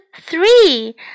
three